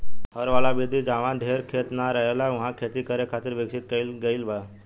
हर वाला विधि जाहवा ढेर खेत ना रहेला उहा खेती करे खातिर विकसित कईल गईल बा